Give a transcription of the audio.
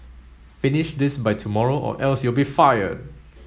finish this by tomorrow or else you'll be fired